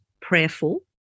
prayerful